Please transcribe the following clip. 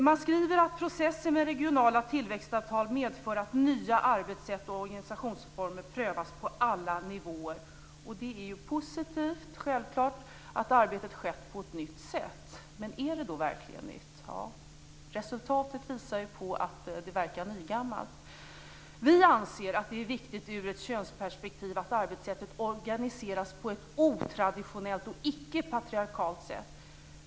Man skriver att processen med regionala tillväxtavtal medför att nya arbetssätt och organisationsformer prövas på alla nivåer, och det är självfallet positivt att arbetet har skett på ett nytt sätt. Men är det då verkligen nytt? Tja, resultatet visar att det verkar nygammalt. Vi anser att det är viktigt ur ett könsperspektiv att arbetetssättet organiseras på ett otraditionellt och icke patriarkaliskt sätt.